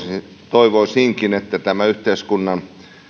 toivoisinkin että tämä yhteiskunnan